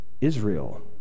Israel